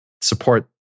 support